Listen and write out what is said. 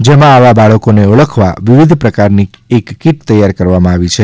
જેમાં આવા બાળકોને ઓળખવા વિવિધ પ્રકારની એક કીટ તૈયાર કરવામાં આવી છે